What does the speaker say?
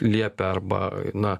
liepia arba na